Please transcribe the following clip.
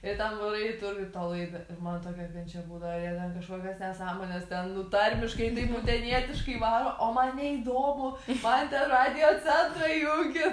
ir ten varai į turgų ir ta laida man tokia kančia būdvo ir jie ten kažkokias nesąmones ten nu tarmiškai taip utenietiškai varo o man neįdomu man ten radiocentrą įjunkit